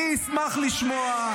אני אשמח לשמוע,